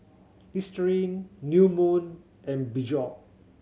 Listerine New Moon and Peugeot